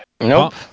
Nope